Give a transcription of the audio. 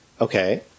Okay